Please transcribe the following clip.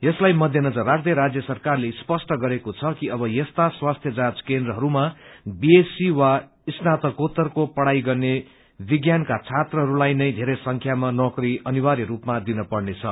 यसलाई मध्यनजर राख्दै राज्य सरकारले स्पष्ट गरेको छ कि अब यस्ता स्वास्थ्य जाँच केन्द्रहरूमा बीएससी ा स्नाककोत्तरको पढ़ाई गर्ने विज्ञानका छात्रहरूलाई नै धेरै संख्यामा नौकरी अनिर्वाय रूपमा दिन पर्नेछ